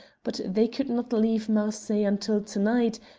but they could not leave marseilles until to-night,